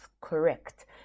correct